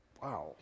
Wow